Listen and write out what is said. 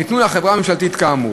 שניתנו לחברה הממשלתית כאמור.